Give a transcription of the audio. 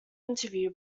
interview